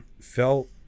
felt